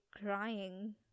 crying